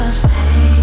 stay